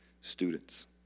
students